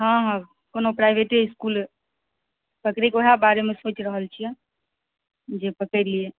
हाँ हाँ कोनो प्राइवेटे इसकूल पकड़ि कऽ ओहे बारेमे सोचि रहल छियै जे पकड़ि लियै